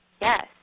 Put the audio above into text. yes